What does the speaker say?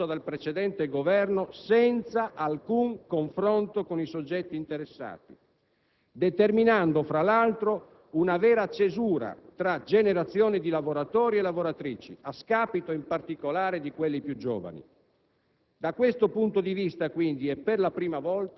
Una riforma del sistema pensionistico promossa dal precedente Governo senza alcun confronto con i soggetti interessati, determinando, fra l'altro, una vera cesura tra generazioni di lavoratori e lavoratrici, a scapito, in particolare, di quelli più giovani.